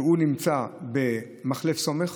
שנמצא במחלף סומך,